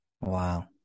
Wow